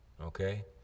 okay